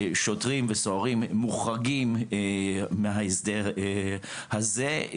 שוטרים וסוהרים מוחרגים מההסדר הזה.